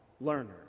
learner